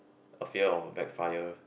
a fear of backfire